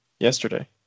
yesterday